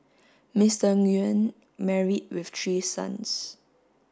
Mister Nguyen married with three sons